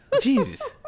Jesus